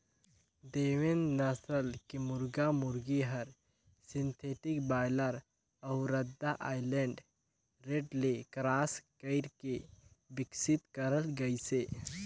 देवेंद नसल के मुरगा मुरगी हर सिंथेटिक बायलर अउ रद्दा आइलैंड रेड ले क्रास कइरके बिकसित करल गइसे